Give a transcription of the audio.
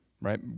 right